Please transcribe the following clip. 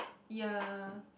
ya